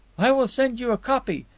i will send you a copy.